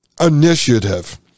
initiative